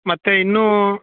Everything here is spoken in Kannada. ಮತ್ತೆ ಇನ್ನು